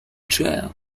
jail